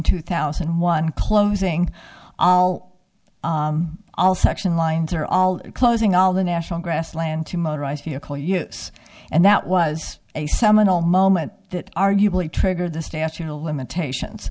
two thousand and one closing all section lines are all closing all the national grassland to motorized vehicle use and that was a seminal moment that arguably triggered the statute of limitations